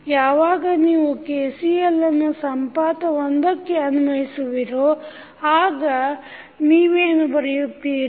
ಯಾವಾಗ ನೀವು KCL ಅನ್ನು ಸಂಪಾತ ಒಂದಕ್ಕೆ ಅನ್ವಯಿಸುವಿರೋ ಆಗ ನೀವೇನು ಬರೆಯುತ್ತೀರಿ